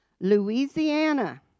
Louisiana